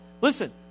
Listen